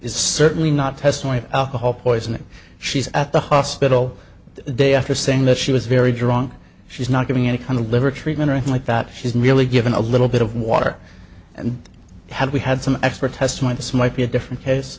is certainly not testimony of alcohol poisoning she's at the hospital the day after saying that she was very drunk she's not getting any kind of liver treatment or anything like that she's really given a little bit of water and had we had some expert testimony this might be a different case